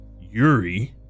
Yuri